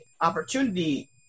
opportunity